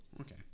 okay